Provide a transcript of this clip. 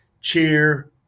cheer